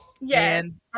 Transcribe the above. Yes